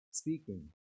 speaking